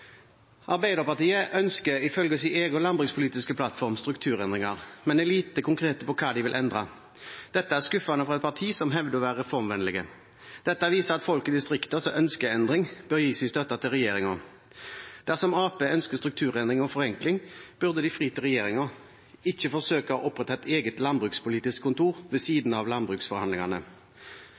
Arbeiderpartiet ønsker – ifølge sin egen landbrukspolitiske plattform – strukturendringer, men er lite konkret på hva man vil endre. Dette er skuffende fra et parti som hevder å være reformvennlig. Dette viser at folk i distriktene som ønsker endring, bør gi sin støtte til regjeringen. Dersom Arbeiderpartiet ønsker strukturendring og forenkling, burde man fri til regjeringen – ikke forsøke å opprette et eget landbrukspolitisk kontor ved siden av landbruksforhandlingene.